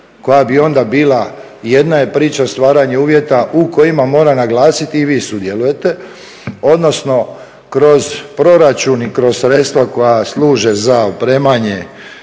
koja bi onda bila jedna je priča stvaranje uvjeta u kojima moram naglasiti i vi sudjelujete, odnosno kroz proračun i kroz sredstva koja služe za opremanje